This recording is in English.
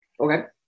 Okay